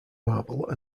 marble